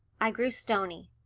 i grew stony.